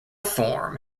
form